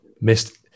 Missed